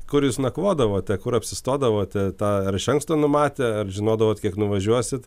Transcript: kur jūs nakvodavote kur apsistodavote tą ar iš anksto numatę ar žinodavot kiek nuvažiuosit